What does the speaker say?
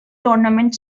tournament